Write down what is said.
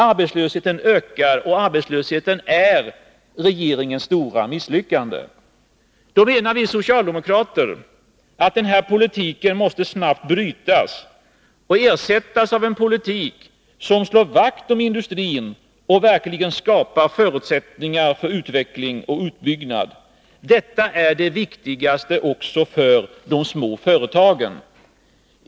Arbetslösheten ökar, och arbetslösheten är regeringens stora misslyckande. Vi socialdemokrater menar att den här politiken snabbt måste brytas och ersättas av en politik som slår vakt om industrin och verkligen skapar förutsättningar för utveckling och utbyggnad. Detta är det viktigaste också för de små företagen.